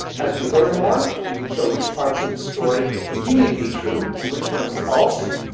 as we learn more, we can show which parts of the story continue to be true and which ones false,